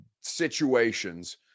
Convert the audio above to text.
situations